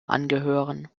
angehören